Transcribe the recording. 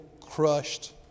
crushed